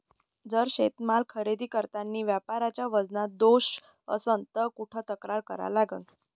जर शेतीमाल खरेदी करतांनी व्यापाऱ्याच्या वजनात दोष असन त कुठ तक्रार करा लागन?